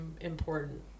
important